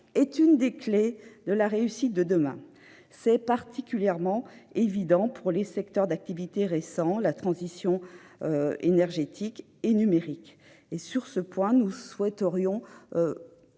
est une des clés de la réussite de demain. C'est particulièrement évident pour des secteurs d'activité récents, comme la transition énergétique ou numérique. Sur ce point, nous souhaiterions